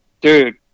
Dude